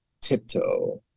tiptoe